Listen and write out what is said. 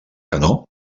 canó